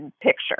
picture